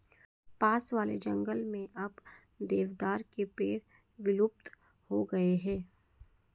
पास वाले जंगल में अब देवदार के पेड़ विलुप्त हो गए हैं